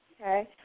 Okay